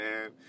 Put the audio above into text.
man